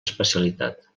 especialitat